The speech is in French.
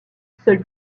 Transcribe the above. seul